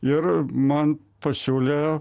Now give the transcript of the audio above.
ir man pasiūlė